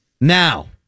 Now